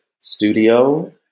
studio